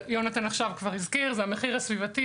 שיונתן הזכיר זה המחיר הסביבתי,